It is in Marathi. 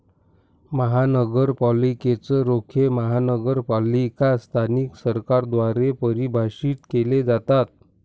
महानगरपालिकेच रोखे महानगरपालिका स्थानिक सरकारद्वारे परिभाषित केले जातात